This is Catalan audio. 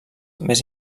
més